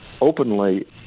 openly